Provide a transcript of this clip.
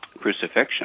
crucifixion